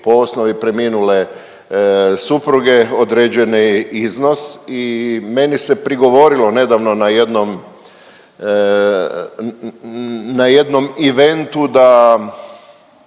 po osnovi preminule supruge određeni iznos i meni se prigovorilo nedavno na jednom, na